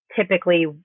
typically